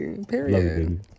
period